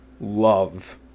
love